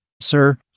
Sir